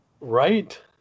Right